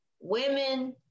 Women